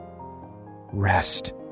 rest